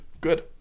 good